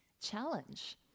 challenge